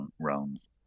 rounds